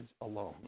alone